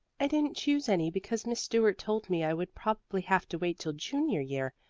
i didn't choose any because miss stuart told me i would probably have to wait till junior year,